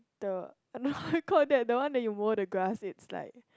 like the I don't know how called that the one that you mow the grass it's like